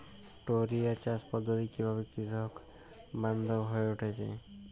টোরিয়া চাষ পদ্ধতি কিভাবে কৃষকবান্ধব হয়ে উঠেছে?